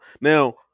Now